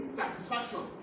satisfaction